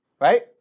right